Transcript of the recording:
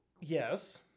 Yes